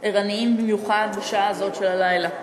הערניים במיוחד בשעה זו של הלילה,